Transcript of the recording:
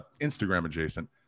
Instagram-adjacent